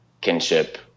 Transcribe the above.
kinship